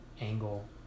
angle